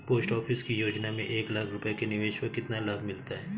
Post office की योजना में एक लाख रूपए के निवेश पर कितना लाभ मिलता है?